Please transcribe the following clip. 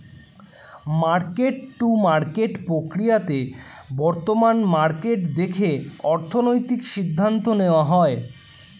market to market প্রক্রিয়াতে বর্তমান market দেখে অর্থনৈতিক সিদ্ধান্ত নেওয়া হয়